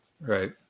Right